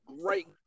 great